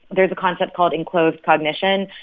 there's a concept called enclosed cognition,